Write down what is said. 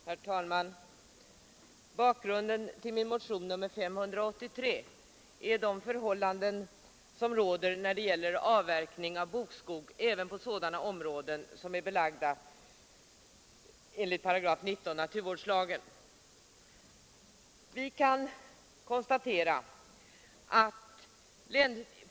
Herr talman! Bakgrunden till min motion 583 är de förhållanden som råder när det gäller avverkning av bokskog även på sådana områden som lagts under 19 § naturvårdslagen.